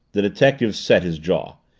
the detective set his jaw.